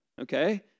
Okay